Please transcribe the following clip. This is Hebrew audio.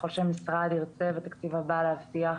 ככל שהמשרד ירצה שבתקציב הבא להבטיח